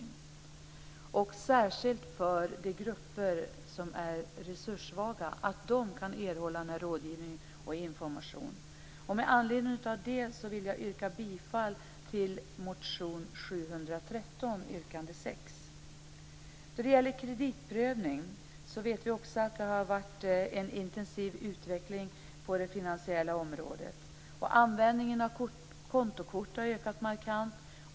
Särskilt viktigt är det också att de grupper som är resurssvaga kan erhålla den här rådgivningen och informationen. Då det gäller kreditprövning vet vi också att det har varit en intensiv utveckling på det finansiella området. Användningen av kontokort har ökat markant.